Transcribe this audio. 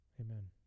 Amen